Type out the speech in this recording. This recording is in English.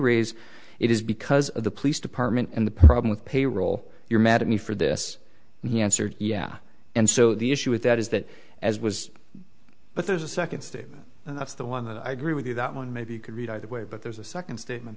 raise it is because of the police department and the problem with payroll you're mad at me for this and he answered yeah and so the issue with that is that as was but there's a second statement that's the one that i agree with you that one maybe could read either way but there's a second statement